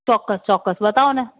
ચોક્કસ ચોક્કસ બતાવો ને